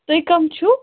تُہۍ کٕم چھِو